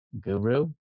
guru